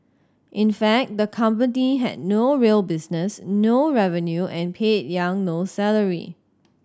in fact the company had no real business no revenue and paid Yang no salary